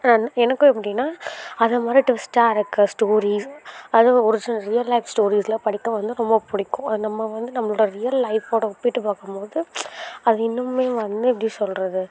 எனக்கும் எப்படினா அதமாதிரி ட்விஸ்ட்டாக இருக்க ஸ்டோரீஸ் அது ஒரிஜினல் ரியல் லைஃப் ஸ்டோரீஸ்லாம் படிக்க வந்து ரொம்ப பிடிக்கும் நம்ம வந்து நம்ளோட ரியல் லைஃப்போட ஒப்பிட்டு பார்க்கம் போது அது இன்னமுமே வந்து எப்படி சொல்லுறது